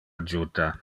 adjuta